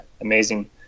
amazing